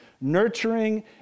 nurturing